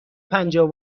پنجاه